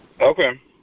Okay